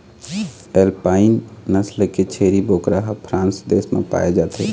alpine नसल के छेरी बोकरा ह फ्रांस देश म पाए जाथे